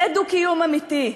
זה דו-קיום אמיתי.